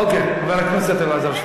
אדוני, נהיה אקשן.